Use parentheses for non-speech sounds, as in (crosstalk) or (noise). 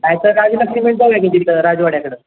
नाहीतर (unintelligible) तिथं राजवाड्याकडं